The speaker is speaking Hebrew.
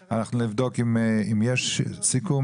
אנחנו נבדוק אם יש סיכום.